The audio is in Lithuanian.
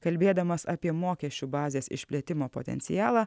kalbėdamas apie mokesčių bazės išplėtimo potencialą